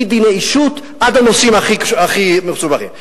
מדיני אישות עד הנושאים הכי מסובכים.